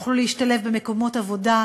יוכלו להשתלב במקומות עבודה,